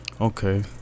okay